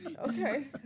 Okay